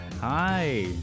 Hi